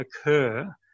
occur